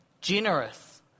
generous